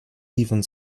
liefern